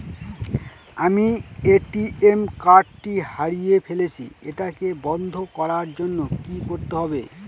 আমি ATM card টি হারিয়ে ফেলেছি এটাকে বন্ধ করার জন্য কি করতে হবে?